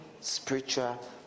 spiritual